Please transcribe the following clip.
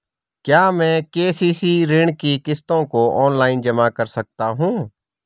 क्या मैं के.सी.सी ऋण की किश्तों को ऑनलाइन जमा कर सकता हूँ?